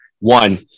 One